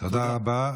תודה רבה.